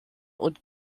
und